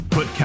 Put